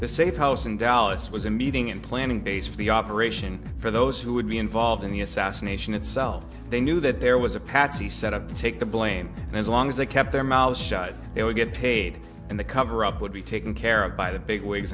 the safe house in dallas was a meeting and planning base for the operation for those who would be involved in the assassination itself they knew that there was a patsy set up to take the blame and as long as they kept their mouths shut they would get paid and the coverup would be taken care of by the big wigs